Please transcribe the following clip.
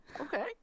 okay